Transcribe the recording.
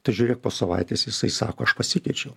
tai žiūrėk po savaitės jisai sako aš pasikeičiau